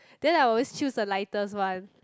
then I'll always choose the lightest one